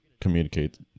communicate